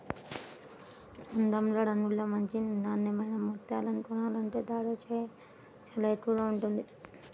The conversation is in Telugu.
అందంలో, రంగులో మంచి నాన్నెమైన ముత్యాలను కొనాలంటే ధర చానా ఎక్కువగా ఉంటది